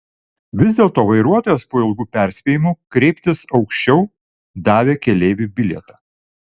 vis dėlto vairuotojas po ilgų perspėjimų kreiptis aukščiau davė keleiviui bilietą